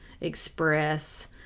express